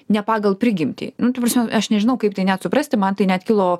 ne pagal prigimtį nu ta prasme aš nežinau kaip tai net suprasti man tai net kilo